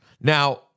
Now